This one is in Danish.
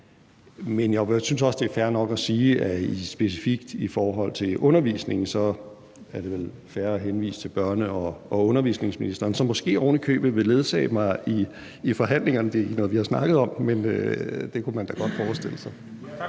Men jeg synes også, at det specifikt i forhold til undervisningen vel er fair at henvise til børne- og undervisningsministeren, som måske ovenikøbet vil ledsage mig i forhandlingerne, når vi har snakket om det – det kunne man da godt forestille sig.